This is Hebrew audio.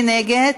מי נגד?